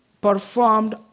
performed